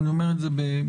ואני אומר את זה בעדינות,